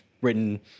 written